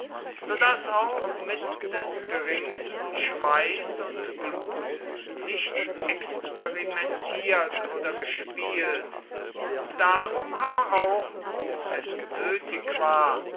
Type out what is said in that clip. daß auch mit des geringsten schweiß und blut nicht experimentiert oder gespielt darum aber auch wo es nötig war